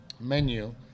menu